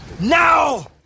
Now